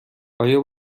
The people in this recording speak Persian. آیا